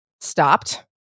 stopped